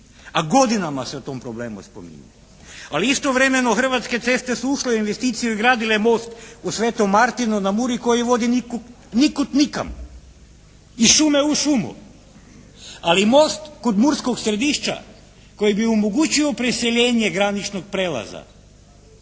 a godinama se o tom problemu spominje. Ali istovremeno Hrvatske ceste su ušle u investiciju i gradile most u Svetom Martinu na Muri koji vodi nikud nikam, iz šume u šumu, ali most kod Murskog Središća koji bi omogućio preseljenje graničnog prijelaza